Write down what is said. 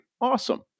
Awesome